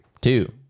two